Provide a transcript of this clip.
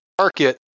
market